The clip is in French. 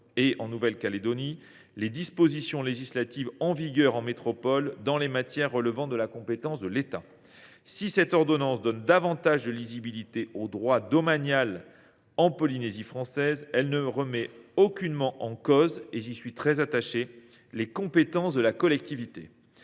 et en Nouvelle Calédonie, les dispositions législatives en vigueur en métropole dans les matières relevant de la compétence de l’État. Si cette ordonnance donne davantage de lisibilité au droit domanial en Polynésie française, elle ne remet aucunement en cause – j’y ai été très attentif – les compétences de la collectivité.